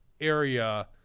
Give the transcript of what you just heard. area